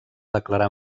declarar